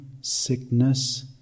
sickness